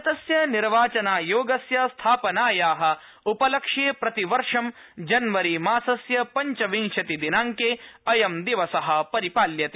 भारतस्य निर्वाचनायोगस्य स्थापनाया उपलक्ष्ये प्रतिवर्ष जनवरीमासस्य पञ्चविंशति दिनांके अयं दिवस परिपाल्यते